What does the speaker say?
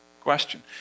question